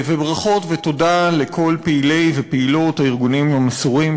וברכות ותודה לכל פעילי ופעילות הארגונים המסורים,